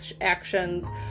actions